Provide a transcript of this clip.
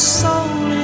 soul